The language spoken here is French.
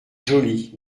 joly